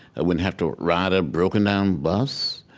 i wouldn't have to ride a broken-down bus,